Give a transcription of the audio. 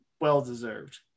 well-deserved